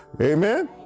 Amen